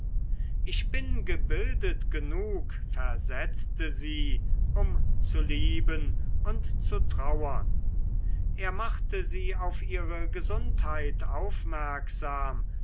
ich bin gebildet genug versetzte sie um zu lieben und zu trauern er machte sie auf ihre gesundheit aufmerksam